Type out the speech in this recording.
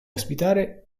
ospitare